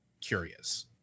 curious